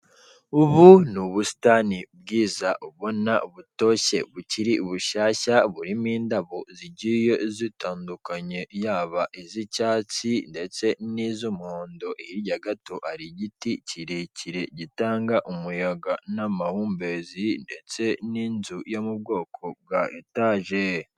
Ubu ni ubusitani bwiza ubona butoshye bukiri bushyashya, burimo indabo zigiye zitandukanye yaba iz'icyatsi ndetse n'iz'umuhondo, hirya gato ari igiti kirekire gitanga umuyaga n'amahumbezi ndetse n'inzu yo mu bwoko bwa etaje.